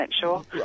sure